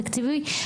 תקציבים.